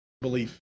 belief